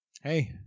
Hey